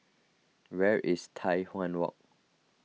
where is Tai Hwan Walk